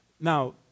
Now